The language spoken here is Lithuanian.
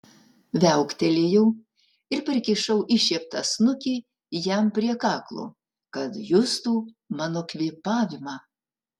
viauktelėjau ir prikišau iššieptą snukį jam prie kaklo kad justų mano kvėpavimą